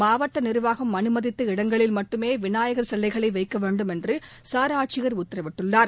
மாவட்ட நிர்வாகம் அனுமதித்த இடங்களில் மட்டுமே விநாயகர் சிலைகளை வைக்க வேண்டும் என்று சார் ஆட்சியர் உத்தரவிட்டுள்ளார்